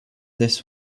this